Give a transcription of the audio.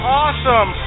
awesome